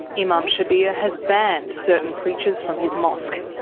imam shabir has banned certain preachers from his mosque.